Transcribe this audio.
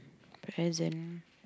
present